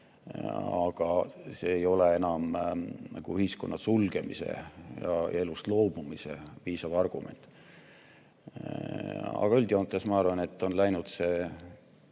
Aga see ei ole enam ühiskonna sulgemise ja elust loobumise piisav argument. Üldjoontes ma arvan, et poliitika